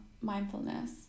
mindfulness